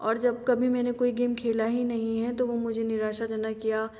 और जब कभी मैंने कोई गेम खेला ही नहीं है जो वो मुझे निराशाजनक या